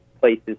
places